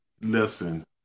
listen –